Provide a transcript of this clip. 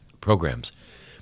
programs